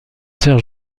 soeur